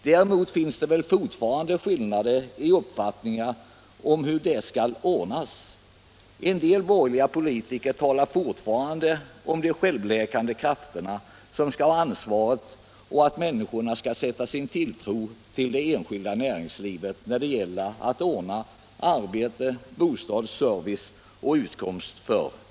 Däremot finns det väl fortfarande skillnader i uppfattningen om hur detta skall ordnas. En del borgerliga politiker talar fortfarande om att de självläkande krafterna skall ha ansvaret och att människorna skall sätta sin tro till det enskilda näringslivet när det gäller att ordna arbete, bostad, service och utkomst.